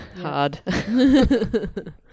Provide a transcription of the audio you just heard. hard